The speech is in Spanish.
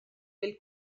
del